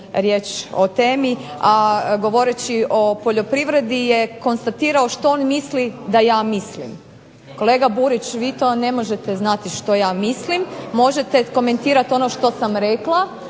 riječ o temi, a govoreći o poljoprivredi je konstatirao što on misli da ja mislim. Kolega Burić, vi to ne možete znati što ja mislim. Možete komentirat ono što sam rekla,